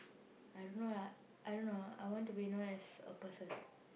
I don't know lah I don't know I want to be known as a person